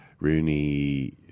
Rooney